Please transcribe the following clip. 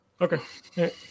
okay